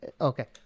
Okay